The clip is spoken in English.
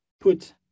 put